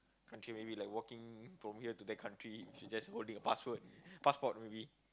country maybe like walking from here to that country if you just holding the password passport maybe